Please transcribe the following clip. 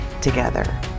together